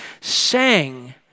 sang